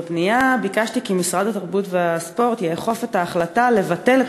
בפנייה ביקשתי כי משרד התרבות והספורט יאכוף את ההחלטה לבטל את